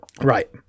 Right